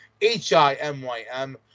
H-I-M-Y-M